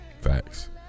Facts